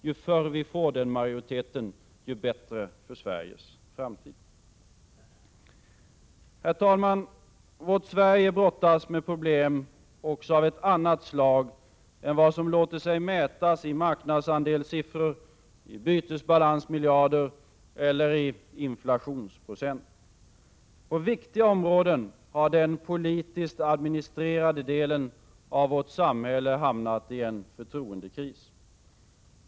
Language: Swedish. Ju förr vi får den majoriteten, desto bättre för Sveriges framtid. Herr talman! Vårt Sverige brottas med problem också av ett annat slag än vad som låter sig mätas i marknadsandelssiffror, bytesbalansmiljarder eller inflationsprocent. På viktiga områden har den politiskt administrerade delen av vårt samhälle hamnat i en förtroendekris.